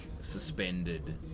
suspended